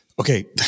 Okay